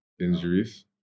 injuries